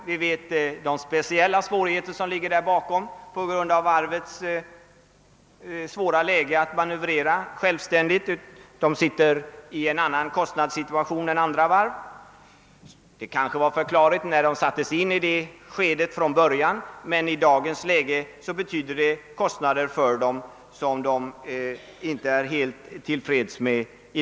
Vi känner till de speciella svårigheter som ligger bakom på grund av varvets svårigheter att manövrera självständigt. Det befinner sig i en annan konstnadssituation än andra varv. Det kanske var förklarligt när det från början sattes in i en sådan ställning, men i dagens läge betyder det kostnader som varvet inte är helt till freds med.